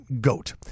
Goat